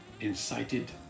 incited